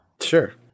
Sure